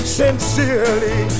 sincerely